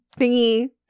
thingy